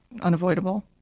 unavoidable